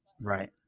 Right